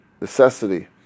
necessity